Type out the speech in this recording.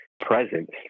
presence